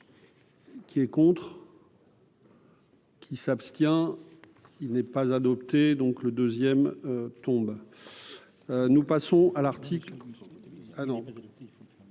Qui est contre. Qui s'abstient, il n'est pas adopté, donc le 2ème tombe, nous passons à l'Arctique